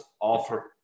offer